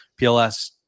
PLS